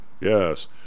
Yes